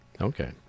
Okay